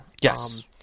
Yes